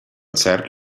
cert